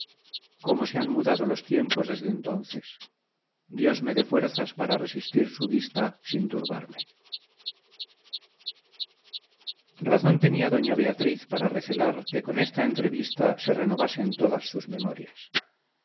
cómo se han mudado los tiempos desde entonces dios me dé fuerzas para resistir su vista sin turbarme razón tenía doña beatriz para recelar que con esta entrevista se renovasen todas sus memorias